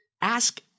Ask